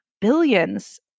billions